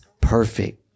perfect